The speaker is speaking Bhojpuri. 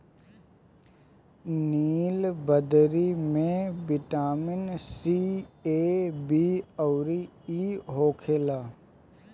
नीलबदरी में बिटामिन सी, ए, बी अउरी इ होखेला